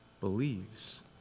believes